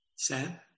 Sam